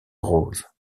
rose